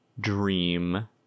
dream